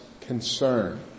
concern